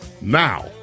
Now